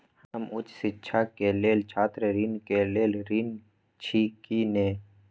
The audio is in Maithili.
हम उच्च शिक्षा के लेल छात्र ऋण के लेल ऋण छी की ने?